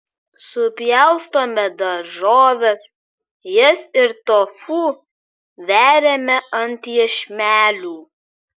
supjaustome daržoves jas ir tofu veriame ant iešmelių